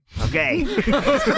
Okay